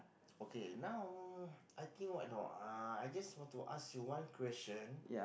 okay now I think what a not I just want to ask you one question